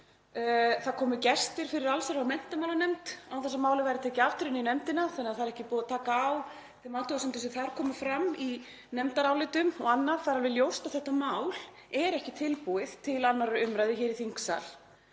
Það komu gestir fyrir allsherjar- og menntamálanefnd án þess að málið væri tekið aftur inn í nefndina þannig að það er ekki búið að taka á þeim athugasemdum sem þar komu fram í nefndarálitum og annað. Það er alveg ljóst að þetta mál er ekki tilbúið til 2. umr. hér í þingsal.